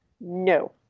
No